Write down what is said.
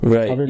Right